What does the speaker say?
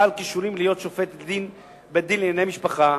שהוא בעל כישורים להיות שופט בבית-דין לענייני משפחה,